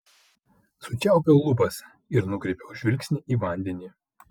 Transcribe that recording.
sučiaupiau lūpas ir nukreipiau žvilgsnį į vandenį